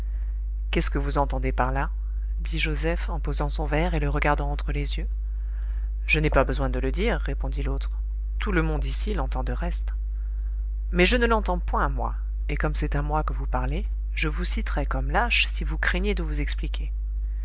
qu'est-ce que vous entendez par là dit joseph en posant son verre et le regardant entre les yeux je n'ai pas besoin de le dire répondit l'autre tout le monde ici l'entend de reste mais je ne l'entends point moi et comme c'est à moi que vous parlez je vous citerai comme lâche si vous craignez de vous expliquer